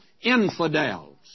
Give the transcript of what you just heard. infidels